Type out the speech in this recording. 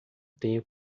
tenho